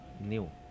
new